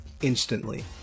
instantly